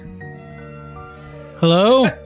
Hello